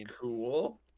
cool